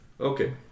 okay